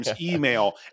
email